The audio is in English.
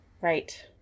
right